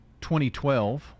2012